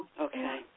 Okay